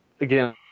again